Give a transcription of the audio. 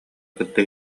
кытта